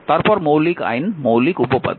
তারপর মৌলিক আইন মৌলিক উপপাদ্য